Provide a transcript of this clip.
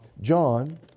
John